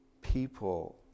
people